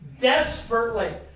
desperately